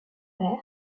père